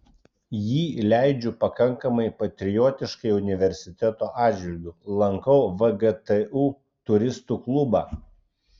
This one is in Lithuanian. jį leidžiu pakankamai patriotiškai universiteto atžvilgiu lankau vgtu turistų klubą